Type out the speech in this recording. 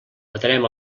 matarem